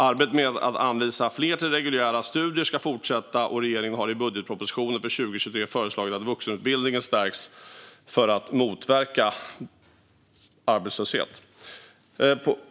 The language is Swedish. Arbetet med att anvisa fler till reguljära studier ska fortsätta, och regeringen har i budgetpropositionen för 2023 föreslagit att vuxenutbildningen ska stärkas för att motverka arbetslöshet.